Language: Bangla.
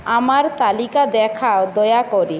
আমার তালিকা দেখাও দয়া করে